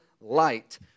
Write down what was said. light